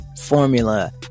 formula